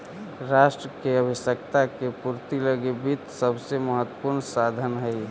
राष्ट्र के आवश्यकता के पूर्ति लगी वित्त सबसे महत्वपूर्ण साधन हइ